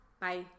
Bye